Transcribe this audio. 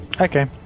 Okay